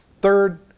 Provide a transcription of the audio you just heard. Third